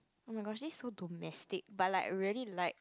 oh-my-gosh is home domestic but I really like